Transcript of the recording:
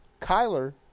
Kyler